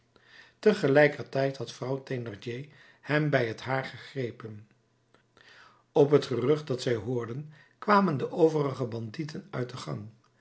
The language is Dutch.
tegelijkertijd had vrouw thénardier hem bij het haar gegrepen op het gerucht dat zij hoorden kwamen de overige bandieten uit de gang